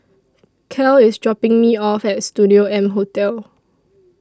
Cal IS dropping Me off At Studio M Hotel